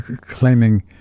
claiming